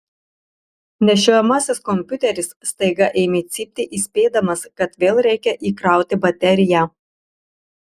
nešiojamasis kompiuteris staiga ėmė cypti įspėdamas kad vėl reikia įkrauti bateriją